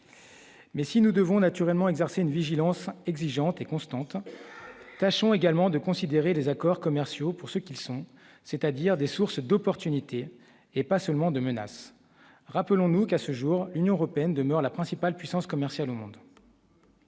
Mais si nous devons naturellement exercer une vigilance exigeante et Constantin tâchons également de considérer les accords commerciaux pour ceux qui sont, c'est-à-dire des sources d'opportunités, et pas seulement de menaces, rappelons-nous qu'à ce jour, union européenne demeure la principale puissance commerciale au monde.